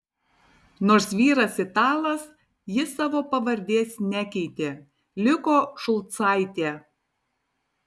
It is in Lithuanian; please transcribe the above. nors vyras italas ji savo pavardės nekeitė liko šulcaitė